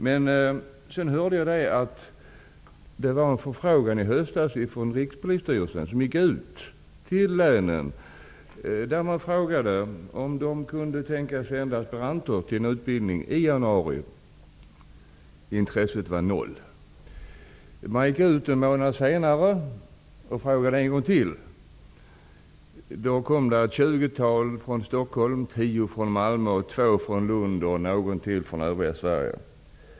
Men sedan fick jag höra att det i höstas gick ut en förfrågan från Rikspolisstyrelsen till länen, där man frågade om de kunde tänka sig att anta aspiranter till utbildning i januari. Intresset var noll. Man gick då ut en månad sedan och efterfrågade intresset ytterligare en gång. Då anmälde sig ett 20-tal från Stockholm, 10 från Malmö och 2 från Lund och ytterligare någon från övriga Sverige.